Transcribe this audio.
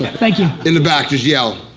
thank you. in the back, just yell.